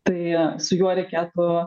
tai su juo reikėtų